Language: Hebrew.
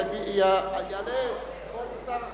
יעלה כבוד שר החקלאות.